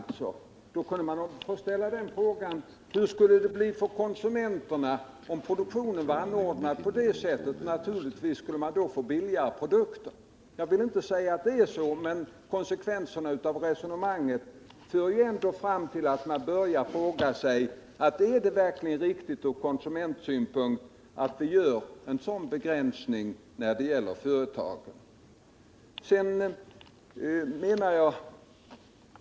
Man kan då ställa frågan: Hur skulle det bli för konsumenterna om produktionen var ordnad på det sättet? Naturligtvis skulle man då få billigare produkter. Jag vill inte påstå att det är så, men konsekvenserna av resonemanget blir att man börjar fråga sig om det verkligen är riktigt från konsumentsynpunkt att vi gör denna begränsning när det gäller företagen.